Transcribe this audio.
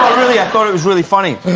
really, i thought it was really funny